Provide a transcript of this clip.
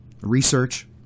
research